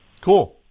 Cool